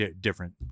different